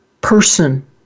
person